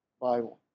Bible